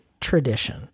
tradition